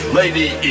lady